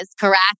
correct